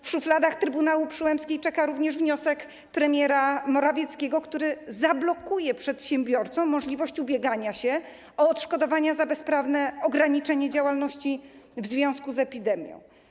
W szufladach trybunału Przyłębskiej czeka również wniosek premiera Morawieckiego, który zablokuje przedsiębiorcom możliwość ubiegania się o odszkodowania za bezprawne ograniczenie działalności w związku z epidemią.